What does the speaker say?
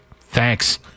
Thanks